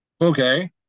Okay